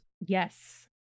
Yes